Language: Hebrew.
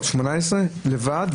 18 לבד,